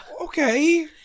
okay